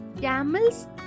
Camels